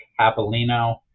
Capolino